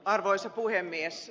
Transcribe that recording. arvoisa puhemies